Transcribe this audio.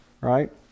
right